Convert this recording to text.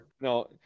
No